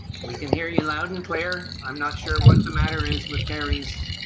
we can hear you loud and clear. i'm not sure what the matter is with gary's,